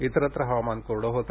इतरत्र हवामान कोरडे होते